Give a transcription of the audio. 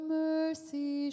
mercy